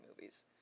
movies